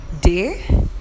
day